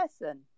person